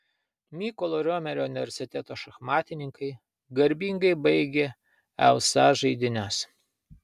mykolo romerio universiteto šachmatininkai garbingai baigė eusa žaidynes